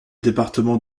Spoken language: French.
département